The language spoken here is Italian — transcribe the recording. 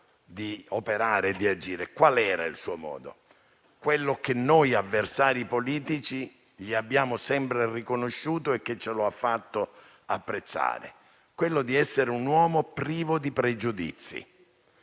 di operare e di agire. Qual era il suo modo, quello che noi avversari politici gli abbiamo sempre riconosciuto e che ce lo ha fatto apprezzare? Essere un uomo privo di pregiudizi,